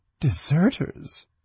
Deserters